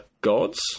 gods